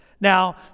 Now